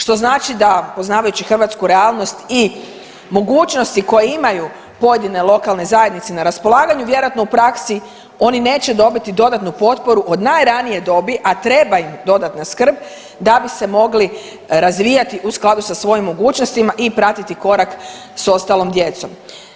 Što znači da, poznavajući hrvatsku realnost i mogućnosti koje imaju pojedine lokalne zajednice na raspolaganju, vjerojatno u praksi oni neće dobit dodatnu potporu od najranije dobit, a treba im dodatna skrb da bi se mogli razvijati u skladu sa svojim mogućnostima i pratiti korak s ostalom djecom.